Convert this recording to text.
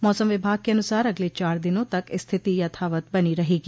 मौसम विभाग के अनुसार अगले चार दिनों तक स्थिति यथावत बनी रहेगी